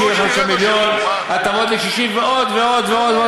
65 מיליון ש"ח, הטבות לקשישים, ועוד ועוד.